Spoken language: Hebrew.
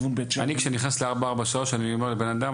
כשאני נכנס ל-443 אני אומר לבן אדם,